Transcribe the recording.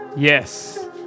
Yes